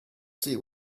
see